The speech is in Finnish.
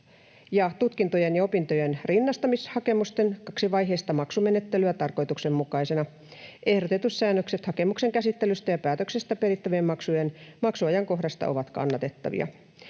tutkintojen ja opintojen rinnastamishakemusten kaksivaiheista maksumenettelyä tarkoituksenmukaisena. Ehdotetut säännökset hakemuksen käsittelystä ja päätöksestä perittävien maksujen maksuajankohdasta ovat kannatettavia.